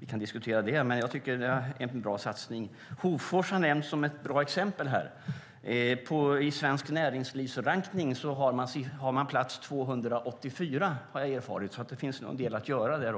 Vi kan diskutera det, men jag tycker att det här är en bra satsning. Hofors har nämnts som ett bra exempel. I Svenskt Näringslivs rankning har Hofors plats 284, har jag erfarit. Det finns nog en del att göra där.